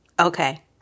Okay